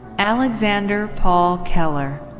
alexander paul keller.